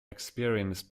experienced